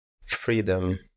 freedom